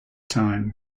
time